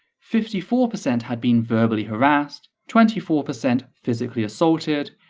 fifty four percent had been verbally harassed, twenty four percent physically assaulted,